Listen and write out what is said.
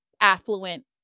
affluent